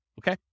okay